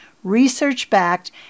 research-backed